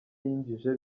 yinjije